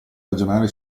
ragionare